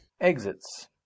exits